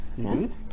good